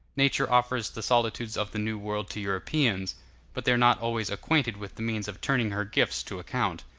nature offers the solitudes of the new world to europeans but they are not always acquainted with the means of turning her gifts to account.